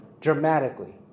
dramatically